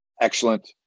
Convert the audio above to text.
Excellent